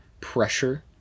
pressure